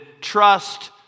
trust